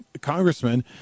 congressman